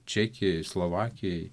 čekijoj slovakijoj